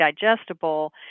digestible